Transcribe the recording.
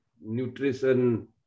nutrition